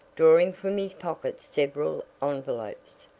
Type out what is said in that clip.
drawing from his pocket several envelopes.